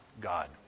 God